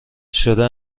شده